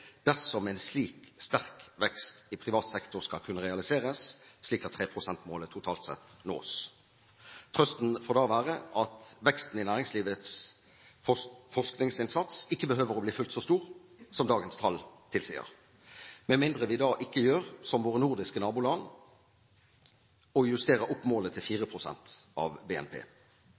dersom en slik sterk vekst i privat sektor skal kunne realiseres, slik at 3 pst.-målet totalt sett nås. Trøsten får da være at veksten i næringslivets forskningsinnsats ikke behøver å bli fullt så stor som dagens tall tilsier, med mindre vi da ikke gjør som våre nordiske naboland og justerer opp målet til 4 pst. av BNP.